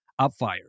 Upfire